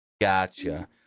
Gotcha